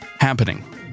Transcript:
happening